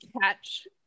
catch